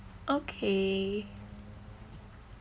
okay